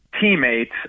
teammates